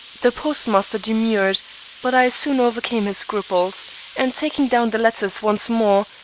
the postmaster demurred, but i soon overcame his scruples and taking down the letters once more,